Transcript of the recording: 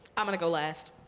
i'm going to go last.